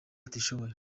batishoboye